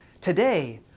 Today